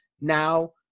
now